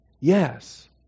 Yes